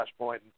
Flashpoint